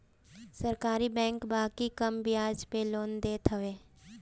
सरकारी बैंक बाकी कम बियाज पे लोन देत हवे